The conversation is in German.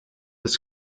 des